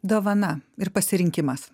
dovana ir pasirinkimas